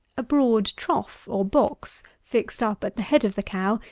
a broad trough, or box, fixed up at the head of the cow,